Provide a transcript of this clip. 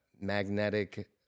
magnetic